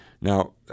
Now